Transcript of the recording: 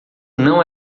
não